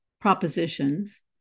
propositions